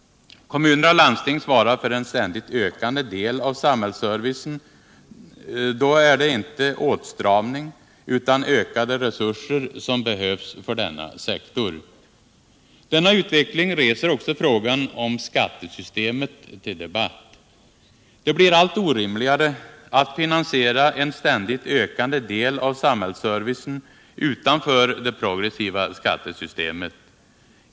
Kommuner och landsting svarar för en ständigt ökande del av samhällsservicen. Då är det inte åtstramning utan ökade resurser som behövs för denna sektor. Denna utveckling reser också frågan om skattesystemet till debatt. Det blir allt orimligare att finansiera en ständigt ökande del av samhällsservicen utanför det progressiva skattesystemet.